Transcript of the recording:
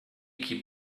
keep